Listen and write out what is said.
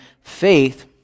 Faith